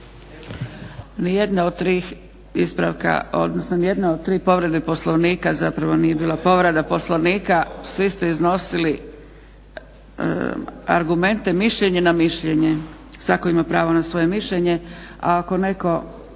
nijedna od tri povrede Poslovnika zapravo nije bila povreda Poslovnika. Svi ste iznosili argumente, mišljenje na mišljenje. Svatko ima pravo na svoje mišljenje a ako netko